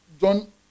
John